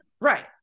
Right